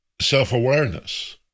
self-awareness